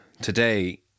today